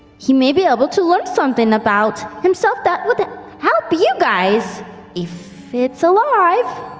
he may be able to learn something about himself that would help you guys if it's alive.